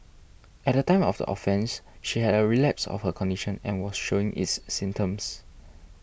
at the time of the offence she had a relapse of her condition and was showing its symptoms